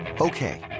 Okay